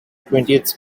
twentieth